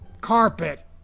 carpet